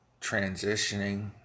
transitioning